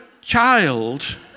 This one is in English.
child